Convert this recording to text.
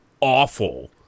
awful